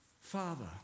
Father